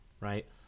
right